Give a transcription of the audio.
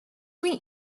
meet